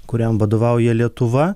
kuriam vadovauja lietuva